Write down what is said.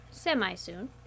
Semi-soon